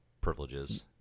privileges